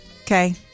Okay